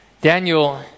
Daniel